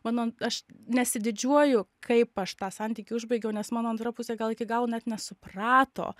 mano aš nesididžiuoju kaip aš tą santykį užbaigiau nes mano antra pusė gal iki galo net nesuprato